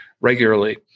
regularly